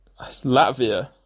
Latvia